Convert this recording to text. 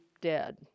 dead